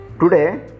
Today